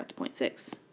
point six